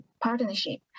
partnership